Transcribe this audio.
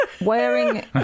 wearing